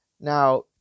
Now